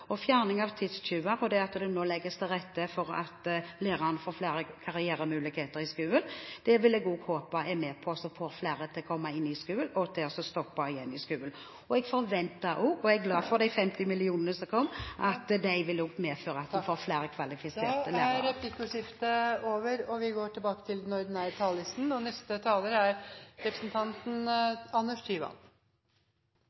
skolen. Fjerning av tidstyver og det at det nå legges til rette for at lærerne får flere karrieremuligheter i skolen, vil jeg også håpe er med på å få flere inn i skolen, og at de blir værende i skolen. Jeg er glad for de 50 mill. kr som kom, og forventer at de også vil medføre at vi får flere kvalifiserte lærere. Da er replikkordskiftet over. Hvordan skal vi